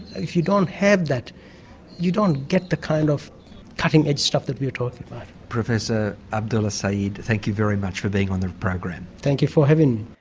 if you don't have that you don't get the kind of cutting edge stuff that we are talking about. professor abdullah saeed thank you very much for being on the program. thank you for having